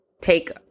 take